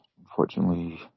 unfortunately